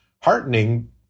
heartening